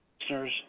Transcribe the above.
listeners